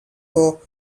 for